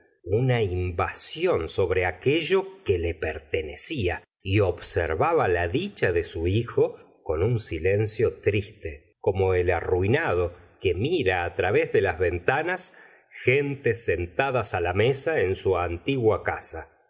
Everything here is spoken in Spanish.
una invasión sobre aquello que le pertenecía y observaba la dicha de su hijo con un silencio triste como el arruinado que mira través de las ventanas gentes sentadas la mesa en su antigua casa